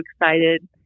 excited